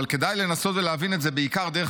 אבל כדאי לנסות ולהבין את זה בעיקר דרך